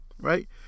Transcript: right